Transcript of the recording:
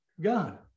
God